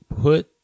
put